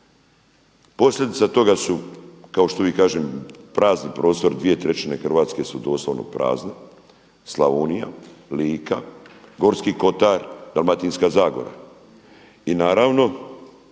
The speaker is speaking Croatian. Posljedica toga su kao što kažem 2/3 Hrvatske su doslovno prazne, Slavonija, Lika, Gorski kotar, Dalmatinska zagora. I naravno